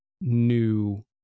new